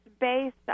based